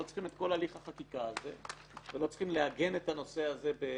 לא צריכים את כל הליך החקיקה הזה ולא צריכים לעגן את הנושא בחוק,